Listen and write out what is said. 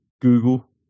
Google